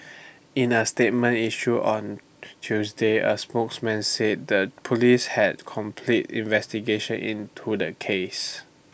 in A statement issued on Tuesday A spokesman said the Police had completed investigations into the case